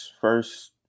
first